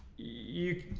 you